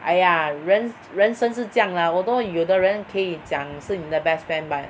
!aiya! 人人生是这样 lah although 有的人可以讲是你的 best friend but